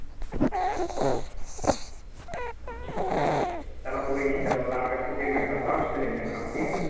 चलो कोई नहीं चलो ला मैं पेमेंट करता हूँ उससे ले लेना हाँ ठीक है